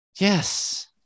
Yes